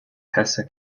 hesse